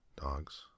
dogs